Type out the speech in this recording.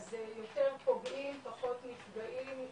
אז יותר פוגעים פחות נפגעים,